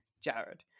Jared